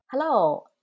Hello